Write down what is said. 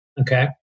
Okay